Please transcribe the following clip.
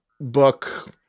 book